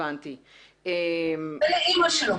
ולאמא שלו,